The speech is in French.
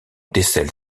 décèle